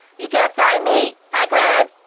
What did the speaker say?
you can't fire me, i quit!